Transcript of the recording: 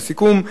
לסיכום,